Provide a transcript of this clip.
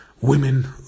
women